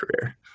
career